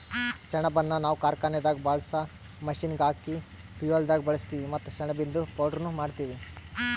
ಸೆಣಬನ್ನ ನಾವ್ ಕಾರ್ಖಾನೆದಾಗ್ ಬಳ್ಸಾ ಮಷೀನ್ಗ್ ಹಾಕ ಫ್ಯುಯೆಲ್ದಾಗ್ ಬಳಸ್ತೀವಿ ಮತ್ತ್ ಸೆಣಬಿಂದು ಪೌಡರ್ನು ಮಾಡ್ತೀವಿ